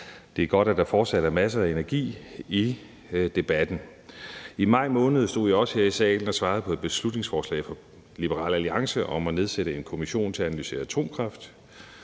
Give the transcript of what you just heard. Det er godt, at der fortsat er masser af energi i debatten. I maj måned stod jeg også her i salen og svarede på et beslutningsforslag fra Liberal Alliance om at nedsætte en kommission til at analysere atomkraft.